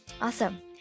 Awesome